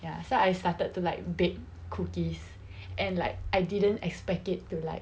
ya so I started to like bake cookies and like I didn't expect it to like